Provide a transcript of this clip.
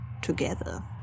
together